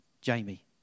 Jamie